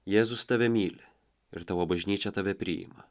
jėzus tave myli ir tavo bažnyčia tave priima